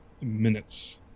minutes